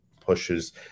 pushes